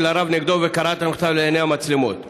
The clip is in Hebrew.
הרב נגדו וקרע את המכתב לעיני המצלמות.